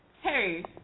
Hey